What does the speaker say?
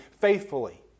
faithfully